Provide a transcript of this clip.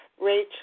Rachel